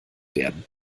werden